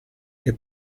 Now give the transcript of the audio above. che